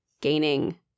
gaining